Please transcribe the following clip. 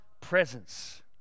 presence